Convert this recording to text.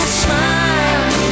smile